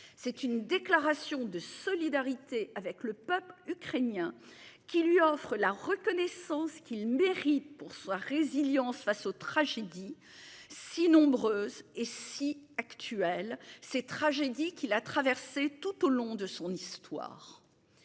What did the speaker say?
C'est une déclaration de solidarité avec le peuple ukrainien qui lui offre la reconnaissance qu'il mérite pour soi résilience face aux tragédies si nombreuses et si actuelle ces tragédies qu'il a traversé tout au long de son histoire.